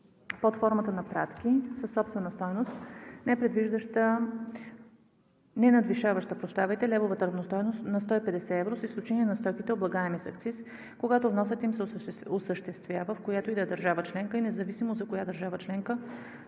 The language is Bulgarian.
под формата на пратки със собствена стойност, ненадвишаваща левовата равностойност на 150 евро, с изключение на стоките, облагаеми с акциз, когато вносът им се осъществява в която и да е държава членка и независимо за коя държава членка